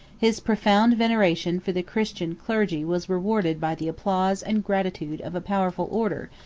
his profound veneration for the christian clergy was rewarded by the applause and gratitude of a powerful order,